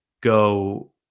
go